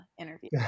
interview